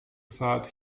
thought